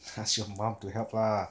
ask your mom to help lah